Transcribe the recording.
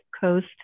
Coast